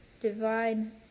divine